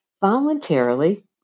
voluntarily